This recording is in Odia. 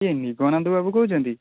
କିଏ ନିଗମାନନ୍ଦ ବାବୁ କହୁଛନ୍ତି